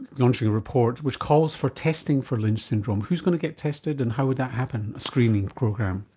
launching a report which calls for testing for lynch syndrome. who's going to get tested and how would that happen, a screening program?